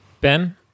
Ben